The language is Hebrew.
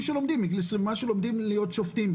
שמגיל 20 ומשהו לומדים להיות שופטים,